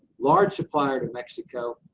large supplier to mexico,